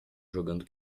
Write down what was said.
jogando